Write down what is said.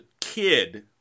kid